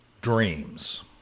dreams